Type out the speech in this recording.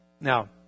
Now